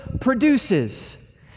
produces